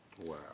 Wow